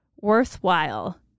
worthwhile